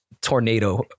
tornado